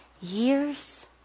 years